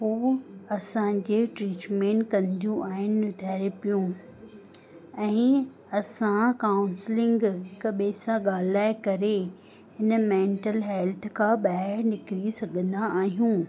हू असांजी ट्रीटमेंट कंदियूं आहिनि थेरेपियूं आहिनि असां कांउसलिंग हिक ॿिए सां ॻाल्हाए करे हिन मेंटल हेल्थ खां ॿाहिरि निकिरी सघंदा आहियूं